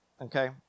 Okay